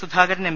Sudhakaran M